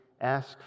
ask